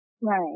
Right